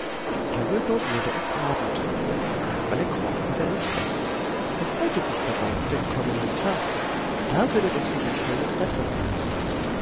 darüber wurde es abend und kasperle kroch wieder ins bett er freute sich dabei auf den kommenden tag da würde doch sicher schönes wetter sein